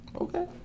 Okay